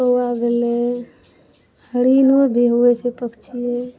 कौआ भेलै हरिणो भी होइ छै पक्षीये